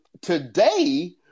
today